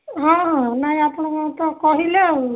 ହଁ ନାହିଁ ଆପଣ ତ କହିଲେ ଆଉ